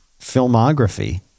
filmography